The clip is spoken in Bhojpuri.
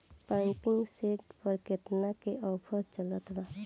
पंपिंग सेट पर केतना के ऑफर चलत बा?